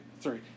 three